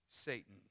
Satan